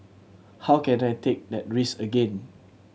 how can I take that risk again